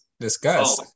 Discuss